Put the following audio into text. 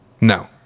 No